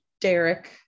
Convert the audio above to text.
Derek